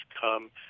come